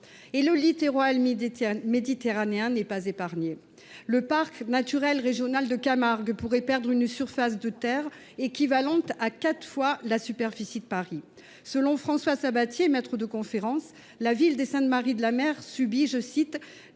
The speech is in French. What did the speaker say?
Le littoral méditerranéen n’est pas épargné. Le parc naturel régional de Camargue pourrait perdre une surface de terres équivalente à quatre fois la superficie de Paris. Selon François Sabatier, maître de conférences, la ville des Saintes Maries de la Mer subit « des